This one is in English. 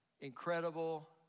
incredible